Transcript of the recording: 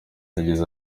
yagize